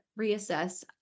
reassess